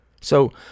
So